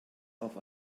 auf